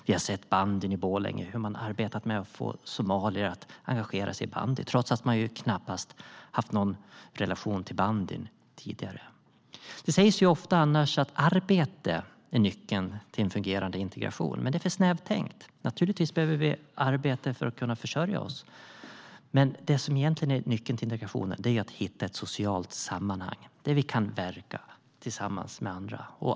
Vi har sett hur man i bandyn i Borlänge har arbetat med att få somalier att engagera sig, trots att de knappast har haft någon relation till bandyn tidigare. Det sägs ofta att arbete är nyckeln till en fungerande integration, men det är för snävt tänkt. Naturligtvis behöver vi arbete för att försörja oss, men nyckeln till integrationen är att hitta ett socialt sammanhang.